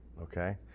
okay